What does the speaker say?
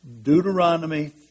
Deuteronomy